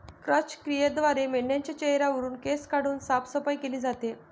क्रॅच क्रियेद्वारे मेंढाच्या चेहऱ्यावरुन केस काढून साफसफाई केली जाते